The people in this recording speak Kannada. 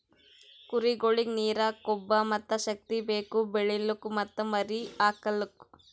ಕುರಿಗೊಳಿಗ್ ನೀರ, ಕೊಬ್ಬ ಮತ್ತ್ ಶಕ್ತಿ ಬೇಕು ಬೆಳಿಲುಕ್ ಮತ್ತ್ ಮರಿ ಹಾಕಲುಕ್